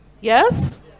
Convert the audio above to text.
Yes